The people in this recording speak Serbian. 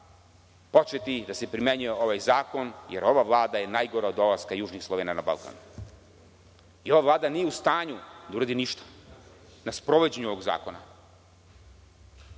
početi da se primenjuje ovaj zakon, jer ova Vlada je najgora od dolaska južnih Slovena na Balkan. Ova Vlada nije u stanju da uradi ništa na sprovođenju ovog zakona.